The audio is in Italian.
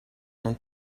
non